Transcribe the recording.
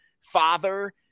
father